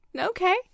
Okay